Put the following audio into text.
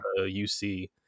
UC